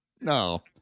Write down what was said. No